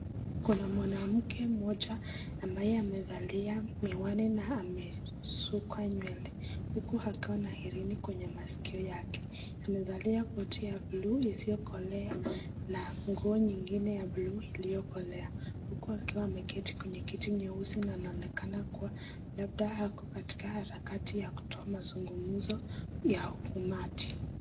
Kuna mwanamke mmoja ambaye amevalia miwani na amesukwa nywele, huku akiwa na herini kwenye maskio yake. Amevalia koti ya buluu isiyokolea na nguo nyingine ya buluu iliyokolea, huku akiwa ameketi kwenye kiti nyeusi na anaonekana kuwa labda ako katika harakati ya kutoa mazungumzo ya umati.